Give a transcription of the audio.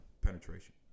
penetration